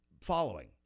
following